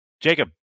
Jacob